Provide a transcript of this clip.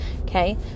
okay